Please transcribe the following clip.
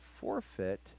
forfeit